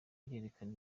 irerekana